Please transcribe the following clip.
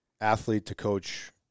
athlete-to-coach